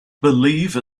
believe